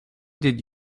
did